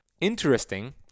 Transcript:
Interesting